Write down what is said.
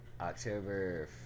October